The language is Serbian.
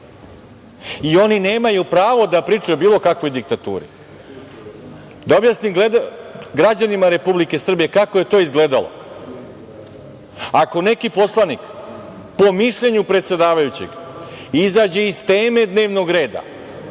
Oni nemaju pravo da pričaju o bilo kakvoj diktaturi. Da objasnim građanima Republike Srbije kako je to izgledalo. Ako neki poslanik, po mišljenju predsedavajućeg, izađe iz teme dnevnog reda,